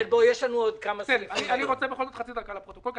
אני רוצה בכל זאת במשך חצי דקה לומר לפרוטוקול.